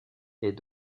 est